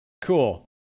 cool